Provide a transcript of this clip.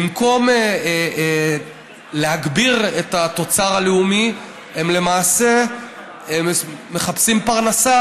במקום להגביר את התוצר הלאומי הם למעשה מחפשים פרנסה,